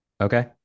Okay